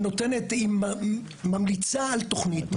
היא נותנת, ממליצה על תוכנית.